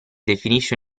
definisce